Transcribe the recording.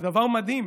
זה דבר מדהים.